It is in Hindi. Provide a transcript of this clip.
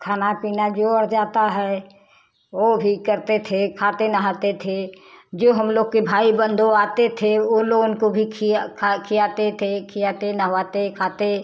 खाना पीना जो अड़ जाता है वो भी करते थे खाते नहाते थे जो हम लोग के भाई बंधु आते थे ओ लोगन को भी खिया खा खिलाते थे खिलाते नहवाते खाते